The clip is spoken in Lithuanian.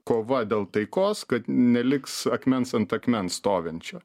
kova dėl taikos kad neliks akmens ant akmens stovinčio